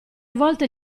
volte